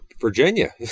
Virginia